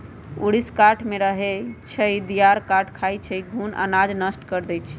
ऊरीस काठमे रहै छइ, दियार काठ खाई छइ, घुन अनाज नष्ट कऽ देइ छइ